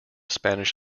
spanish